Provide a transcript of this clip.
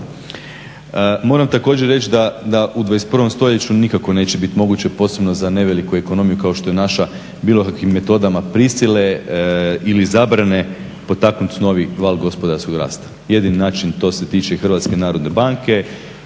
Moram također reći da u 21. stoljeću nikako neće bit moguće posebno za neveliku ekonomiju kao što je naša bilo kakvim metodama prisile ili zabrane potaknut novi val gospodarskog rasta. Jedini način, to se tiče i HNB i svake